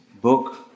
book